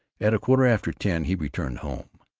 at a quarter after ten he returned home.